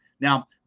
Now